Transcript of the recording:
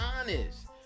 honest